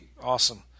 Awesome